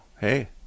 Hey